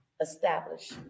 establish